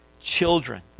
children